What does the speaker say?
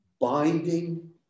binding